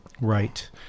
Right